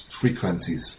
frequencies